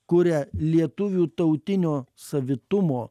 kuria lietuvių tautinio savitumo